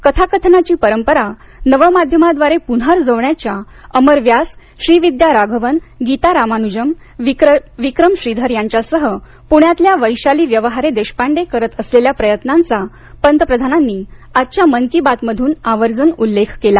कथाकथनाची परंपरा नवमाध्यमाद्वारे पुन्हा रुजवण्याच्या अमर व्यास श्रीविद्या राघवन गीता रामानुजम विक्रम श्रीधर यांच्यासह पुण्यातल्या वैशाली व्यवहारे देशपांडे करत असलेल्या प्रयत्नांचा पंतप्रधानांनी आजच्या मन की बात मधून आवर्जून उल्लेख केला